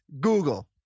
Google